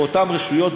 באותן רשויות,